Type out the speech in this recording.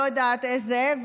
לא יודעת איזה,